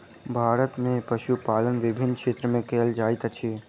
भारत में पशुपालन विभिन्न क्षेत्र में कयल जाइत अछि